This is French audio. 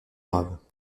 graves